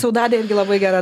saudade irgi labai gera